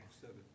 seven